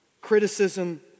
criticism